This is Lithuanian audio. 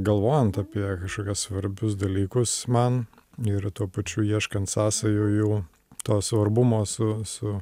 galvojant apie kažkokias svarbius dalykus man ir tuo pačiu ieškant sąsajų to svarbumo su su